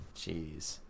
Jeez